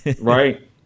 right